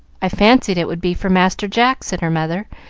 i fancied it would be for master jack, said her mother,